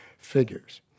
Figures